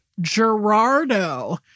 Gerardo